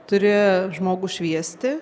turi žmogų šviesti